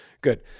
good